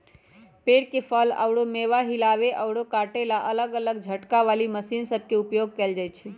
पेड़ से फल अउर मेवा हिलावे अउर काटे ला अलग अलग झटका वाली मशीन सब के उपयोग कईल जाई छई